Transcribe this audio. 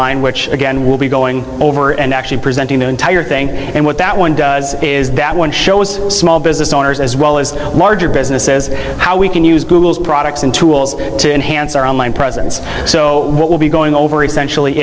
line which again will be going over and actually presenting the entire thing and what that one does is that one shows small business owners as well as larger business says how we can use google's products and tools to enhance our online presence so what will be going over essentially